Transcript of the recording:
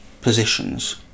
positions